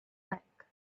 back